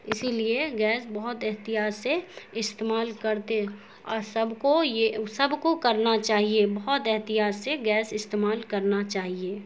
اسی لیے گیس بہت احتیاط سے استعمال کرتے اور سب کو یہ سب کو کرنا چاہیے بہت احتیاط سے گیس استعمال کرنا چاہیے